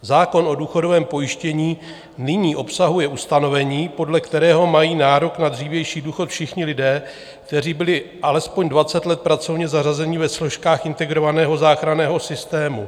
Zákon o důchodovém pojištění nyní obsahuje ustanovení, podle kterého mají nárok na dřívější důchod všichni lidé, kteří byli alespoň dvacet let pracovně zařazeni ve složkách integrovaného záchranného systému.